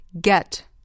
Get